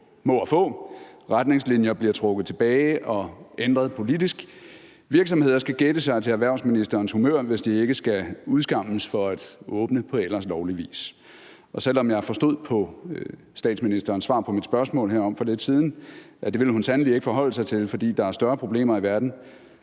må og få, retningslinjer bliver trukket tilbage og ændret politisk, virksomheder skal gætte sig til erhvervsministerens humør, hvis de ikke skal udskammes for at åbne på ellers lovlig vis. Selv om jeg forstod på statsministerens svar på mit spørgsmål herom for lidt siden, at det ville hun sandelig ikke forholde sig til, fordi der er større problemer i verden,